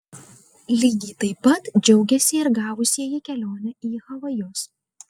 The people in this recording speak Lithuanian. lygiai taip pat džiaugėsi ir gavusieji kelionę į havajus